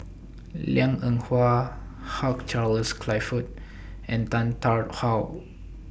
Liang Eng Hwa Hugh Charles Clifford and Tan Tarn How